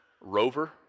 rover